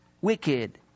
wicked